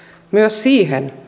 siihen